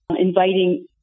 inviting